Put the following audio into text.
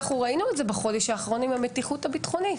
ראינו את זה בחודש האחרון עם המתיחות הביטחונית.